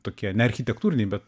tokie ne architektūriniai bet